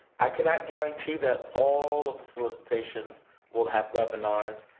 i cannot guarantee that all of the solicitations will have webinars.